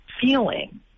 feeling